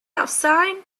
outside